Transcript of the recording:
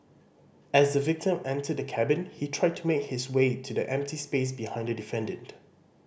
as the victim entered the cabin he tried to make his way to the empty space behind the defendant